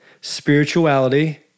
spirituality